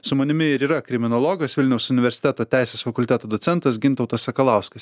su manimi ir yra kriminologas vilniaus universiteto teisės fakulteto docentas gintautas sakalauskas